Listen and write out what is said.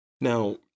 Now